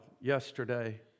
yesterday